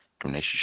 Donations